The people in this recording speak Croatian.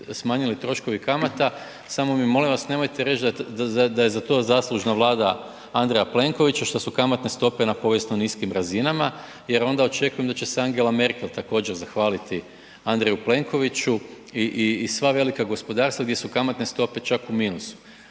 smanjili troškovi kamata samo mi molim vas nemojte reći da je za to zaslužna Vlada Andreja Plenkovića što su kamatne stope na povijesno niskim razinama jer onda očekujem da će se Angela Merkel također zahvaliti Andreju Plenkoviću i sva velika gospodarstva gdje su kamatne stope čak u minusu.